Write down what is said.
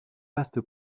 vaste